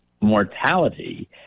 mortality